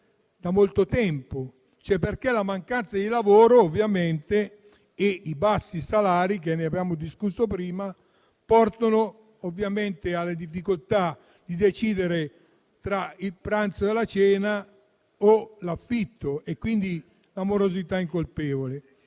da molto tempo, perché la mancanza di lavoro e i bassi salari, di cui abbiamo discusso prima, portano ovviamente alla difficoltà di decidere tra il pranzo e la cena o l'affitto: si tratta quindi di una morosità incolpevole.